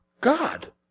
God